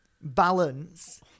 balance